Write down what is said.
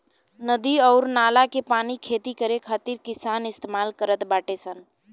नदी अउर नाला के पानी खेती करे खातिर किसान इस्तमाल करत बाडे सन